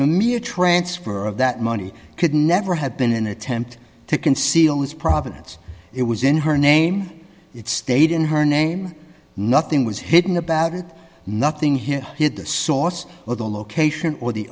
mere transfer of that money could never have been an attempt to conceal his provenance it was in her name it stayed in her name nothing was hidden about it nothing here hid the source or the location or the